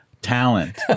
Talent